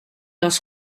los